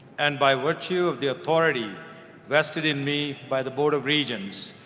and by virtue of the authority vested in me by the board of regents,